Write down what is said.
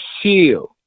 shield